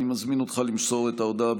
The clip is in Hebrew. אני מזמין אותך למסור את ההודעה,